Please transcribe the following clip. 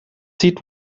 seat